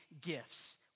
gifts